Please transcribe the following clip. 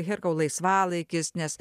herkau laisvalaikis nes